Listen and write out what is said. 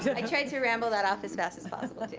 yeah i tried to ramble that off as fast as possible, too.